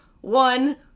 one